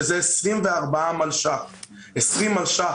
24 מיליון שקלים 20 מיליון שקלים